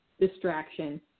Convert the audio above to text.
distraction